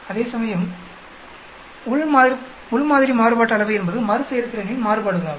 அதேசமயம் உள் மாதிரி மாறுபாட்டு அளவை என்பது மறுசெயற்திறனின் மாறுபாடுகளாகும்